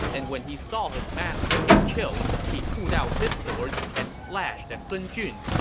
and when he saw his master get killed, he pulled out his sword and slashed at sun jun.